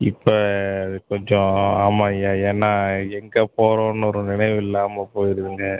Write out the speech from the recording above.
இப்போ கொஞ்சம் ஆமாம்யா ஏன்னா எங்கே போகிறோம்னு ஒரு நினைவு இல்லாமல் போய்டுதுங்க